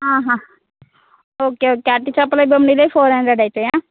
okay okay అట్టి చేపలవి బొమ్మిడిలవి ఫోర్ హండ్రెడ్ అవుతాయా